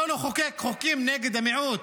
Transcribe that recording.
לא לחוקק חוקים נגד המיעוט,